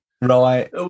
right